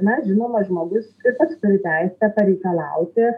na žinoma žmogus ir pats turi teisę pareikalauti